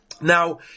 Now